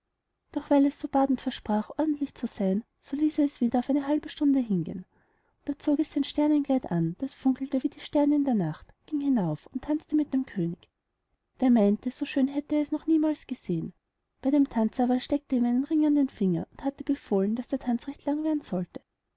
doch weil es so bat und versprach ordentlich zu seyn so ließ er es wieder auf eine halbe stunde hingehen da zog es sein sternenkleid an das funkelte wie die sterne in der nacht ging hinauf und tanzte mit dem könig der meinte so schön hätte er es noch niemals gesehen bei dem tanz aber steckte er ihm einen ring an den finger und hatte befohlen daß der tanz recht lang währen sollte